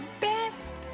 best